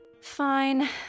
Fine